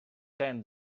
train